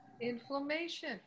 Inflammation